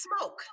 smoke